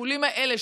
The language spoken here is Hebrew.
הטיפולים האלה,